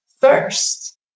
first